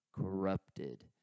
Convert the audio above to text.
corrupted